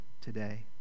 today